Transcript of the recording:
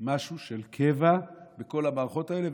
משהו של קבע בכל המערכות האלה,